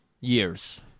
years